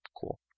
Cool